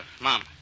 Mom